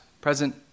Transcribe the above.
present